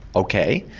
okay.